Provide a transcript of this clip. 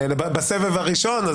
בסבב הראשון,